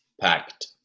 packed